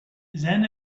then